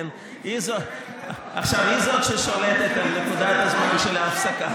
כן, היא זו ששולטת על נקודת הזמן של ההפסקה.